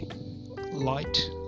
light